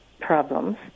problems